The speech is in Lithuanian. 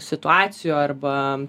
situacijų arba